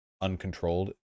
uncontrolled